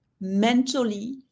mentally